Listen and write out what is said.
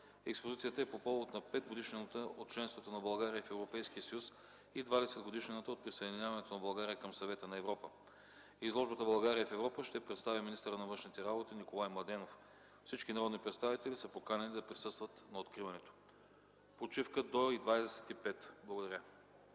Експозицията е по повод на 5-годишнината от членството на България в Европейския съюз и 20-годишнината от присъединяването на Българя към Съвета на Европа. Изложбата „България в Европа” ще представи министърът на външните работи Николай Младенов. Всички народни представители са поканени да присъстват на откриването. Почивка до 11,25 ч. Благодаря.